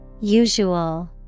Usual